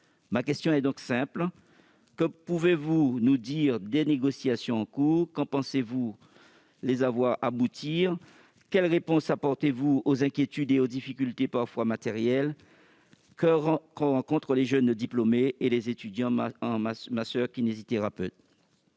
Ma question est donc simple : que pouvez-vous nous dire des négociations en cours ? Quand pensez-vous les voir aboutir ? Quelle réponse apportez-vous aux inquiétudes et aux difficultés, parfois matérielles, que rencontrent les jeunes diplômés et les étudiants masseurs-kinésithérapeutes ?